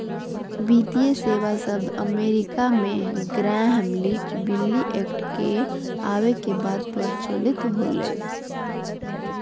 वित्तीय सेवा शब्द अमेरिका मे ग्रैहम लीच बिली एक्ट के आवे के बाद प्रचलित होलय